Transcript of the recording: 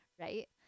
right